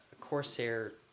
corsair